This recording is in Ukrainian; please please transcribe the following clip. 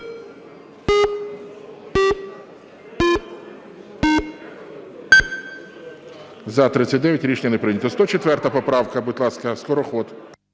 За-39 Рішення не прийнято. 104 поправка. Будь ласка, Скороход.